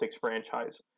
franchise